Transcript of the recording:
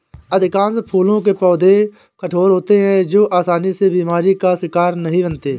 अधिकांश फूलों के पौधे कठोर होते हैं जो आसानी से बीमारी का शिकार नहीं बनते